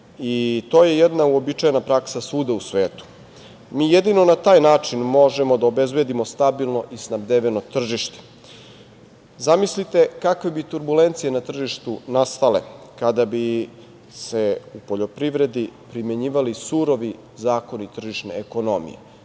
i to je jedna uobičajena praksa svuda u svetu. Mi jedino na taj način možemo da obezbedimo stabilno i snabdeveno tržište. Zamislite kakve bi turbulencije na tržištu nastale kada bi se u poljoprivredi primenjivali surovi zakoni tržišne ekonomije,